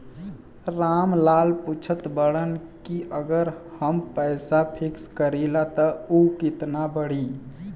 राम लाल पूछत बड़न की अगर हम पैसा फिक्स करीला त ऊ कितना बड़ी?